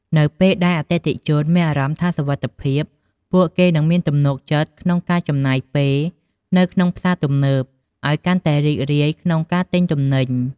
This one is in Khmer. នៅពេលដែលអតិថិជនមានអារម្មណ៍ថាមានសុវត្ថិភាព ពួកគេនឹងមានទំនុកចិត្តក្នុងការចំណាយពេលនៅក្នុងផ្សារទំនើប ឲ្យកាន់តែរីករាយក្នុងការទិញទំនិញ។